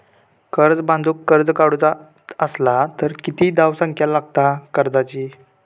घर बांधूक कर्ज काढूचा असला तर किती धावसंख्या लागता कर्जाची?